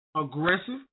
aggressive